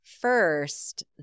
first